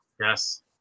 Yes